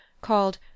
called